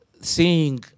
seeing